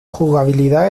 jugabilidad